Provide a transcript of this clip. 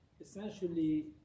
essentially